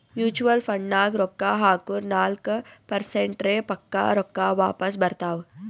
mutual ಫಂಡ್ನಾಗ್ ರೊಕ್ಕಾ ಹಾಕುರ್ ನಾಲ್ಕ ಪರ್ಸೆಂಟ್ರೆ ಪಕ್ಕಾ ರೊಕ್ಕಾ ವಾಪಸ್ ಬರ್ತಾವ್